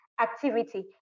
activity